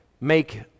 make